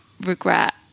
regret